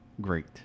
Great